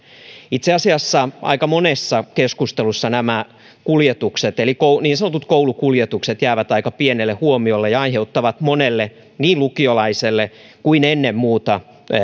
itse asiassa aika monessa keskustelussa nämä kuljetukset eli niin sanotut koulukuljetukset jäävät aika pienelle huomiolle ja aiheuttavat monelle niin lukiolaiselle kuin ennen muuta